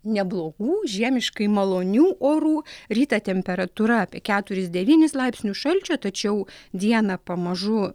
neblogų žiemiškai malonių orų rytą temperatūra apie keturis devynis laipsnius šalčio tačiau dieną pamažu